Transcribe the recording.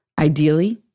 Ideally